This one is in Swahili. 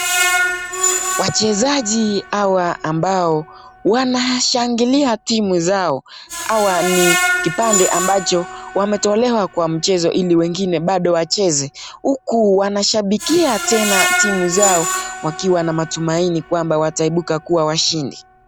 Wachezaji hawa ambao wanashangilia timu zao. Hawa ni kipande ambacho, wametolewa kwa mchezo ili wengine bado wacheze. Huku wanashabikia tena timu zao wakiwa na matumaini kwamba wataibuka kuwa washindi.